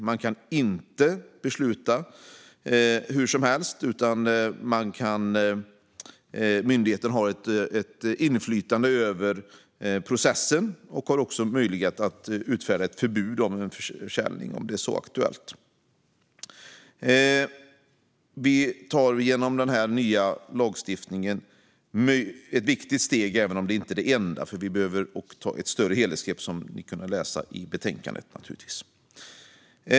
Man kan inte besluta hur som helst, utan myndigheten har ett inflytande över processen och har också möjlighet att utfärda ett förbud mot försäljning om det är aktuellt. Vi tar genom denna nya lagstiftning ett viktigt steg, även om det inte är det enda. Vi behöver ta ett större helhetsgrepp, vilket vi kan läsa om i betänkandet.